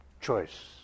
choice